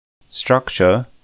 structure